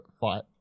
fight